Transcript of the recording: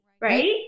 right